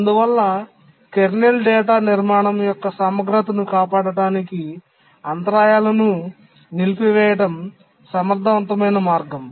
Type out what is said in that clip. అందువల్ల kernel data నిర్మాణం యొక్క సమగ్రతను కాపాడటానికి అంతరాయాలను నిలిపివేయడం సమర్థవంతమైన మార్గం